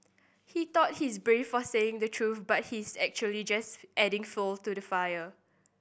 he thought he's brave for saying the truth but he's actually just adding fuel to the fire